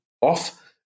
off